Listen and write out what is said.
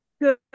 good